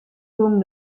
gong